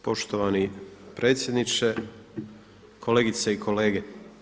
Poštovani predsjedniče, kolegice i kolege.